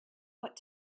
what